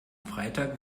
freitag